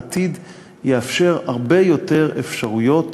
העתיד ייתן הרבה יותר אפשרויות